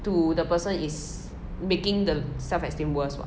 to the person is making the self esteem worst what